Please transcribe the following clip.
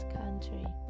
country